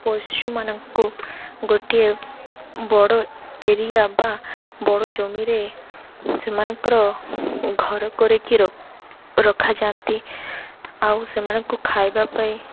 ପଶୁମାନଙ୍କୁ ଗୋଟିଏ ବଡ଼ ଏରିଆ ବା ବଡ଼ ଜମିରେ ସେମାନଙ୍କର ଘର କରିକି ରଖାଯାଆନ୍ତି ଆଉ ସେମାନଙ୍କୁ ଖାଇବା ପାଇଁ